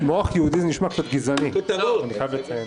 "מוח יהודי" נשמע קצת גזעני, אני חייב לציין.